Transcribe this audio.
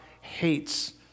hates